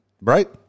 Right